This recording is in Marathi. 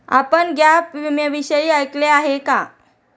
आपण गॅप विम्याविषयी ऐकले आहे का?